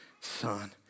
son